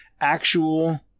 actual